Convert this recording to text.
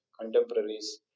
contemporaries